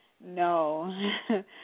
No